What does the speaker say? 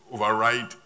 override